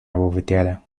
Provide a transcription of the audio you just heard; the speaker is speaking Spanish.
abofeteara